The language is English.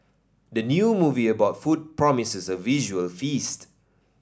the new movie about food promises a visual feast